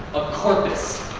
a corpus.